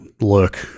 look